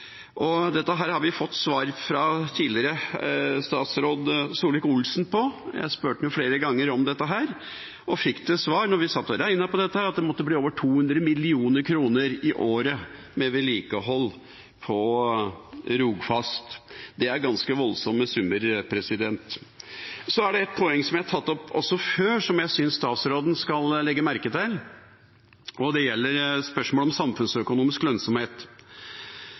Dette har vi fått svar på fra tidligere statsråd Solvik-Olsen. Jeg spurte ham om det flere ganger og fikk til svar, da vi satt og regnet på det, at det måtte bli over 200 mill. kr i året for vedlikehold på Rogfast. Det er ganske voldsomme summer. Så er det et poeng jeg også har tatt opp før, og som jeg synes statsråden skal legge merke til. Det gjelder spørsmålet om samfunnsøkonomisk lønnsomhet.